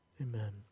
Amen